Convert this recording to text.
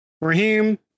Raheem